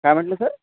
काय म्हटलं सर